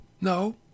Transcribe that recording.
No